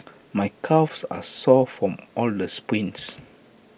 my calves are sore from all the sprints